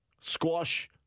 squash